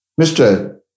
Mr